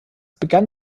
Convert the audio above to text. begann